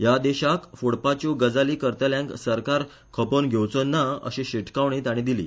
ह्या देशाक फोडपाच्यो गजाली करतल्यांक सरकार खपोवन घेवचो ना अशी शिटकावणी ताणी दिली